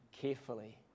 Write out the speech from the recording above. carefully